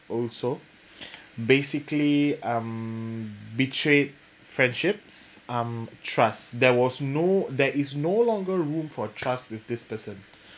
also basically um betrayed friendships um trust there was no there is no longer room for trust with this person